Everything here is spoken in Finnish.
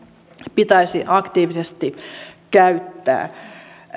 pitäisi aktiivisesti käyttää